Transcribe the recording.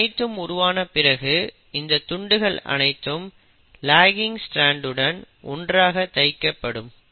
இது அனைத்தும் உருவான பிறகு இந்த துண்டுகள் அனைத்தும் லகிங் ஸ்ட்ரான்ட் உடன் ஒன்றாக தைக்கப்படும்